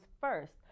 first